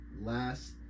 last